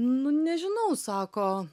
nu nežinau sako